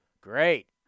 Great